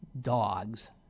Dogs